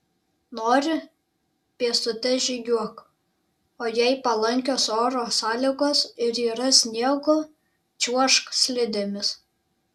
nori pėstute žygiuok o jei palankios oro sąlygos ir yra sniego čiuožk slidėmis